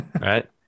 right